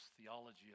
theology